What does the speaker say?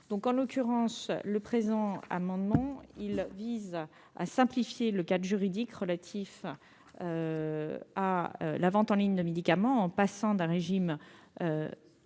point. En l'occurrence, le présent amendement vise à simplifier le cadre juridique relatif à la vente en ligne de médicaments, en passant d'un régime